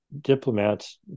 diplomats